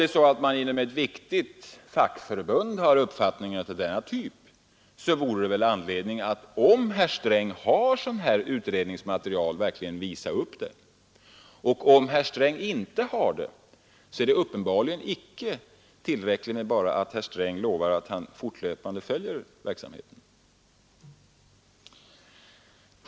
När ett fackförbund som Träindustriarbetareförbundet har denna uppfattning vore det väl anledning för herr Sträng, om han har ett utredningsmaterial, att verkligen visa upp det. Om herr Sträng inte har det är det uppenbarligen icke tillräckligt att bara lova att han fortlöpande följer verksamheten.